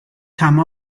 come